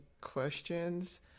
questions